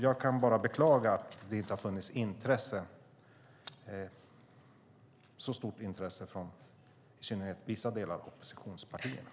Jag kan bara beklaga att det inte har funnits så stort intresse från i synnerhet vissa delar av oppositionspartierna.